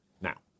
Now